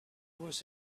was